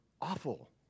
awful